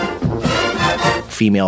Female